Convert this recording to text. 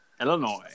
Illinois